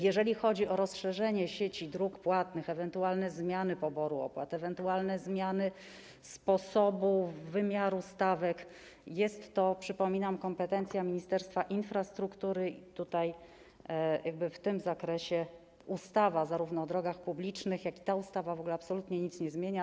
Jeżeli chodzi o rozszerzenie sieci dróg płatnych, ewentualne zmiany poboru opłat, ewentualne zmiany sposobu wymiaru stawek, jest to, przypominam, kompetencja Ministerstwa Infrastruktury i w tym zakresie zarówno ustawa o drogach publicznych, jak i ta ustawa w ogóle absolutnie nic nie zmieniają.